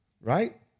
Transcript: right